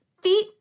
feet